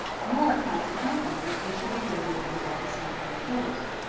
nor, consequently, that they should be regulated by the central authority.